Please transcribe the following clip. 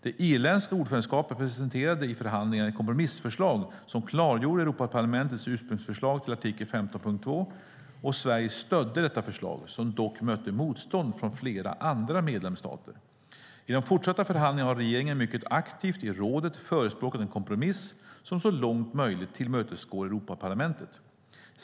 Det irländska ordförandeskapet presenterade i förhandlingarna ett kompromissförslag som klargjorde Europaparlamentets ursprungsförslag till artikel 15.2. Sverige stödde detta förslag, som dock mötte motstånd från flera andra medlemsstater. I de fortsatta förhandlingarna har regeringen mycket aktivt i rådet förespråkat en kompromiss som så långt möjligt tillmötesgår Europaparlamentet.